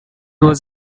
was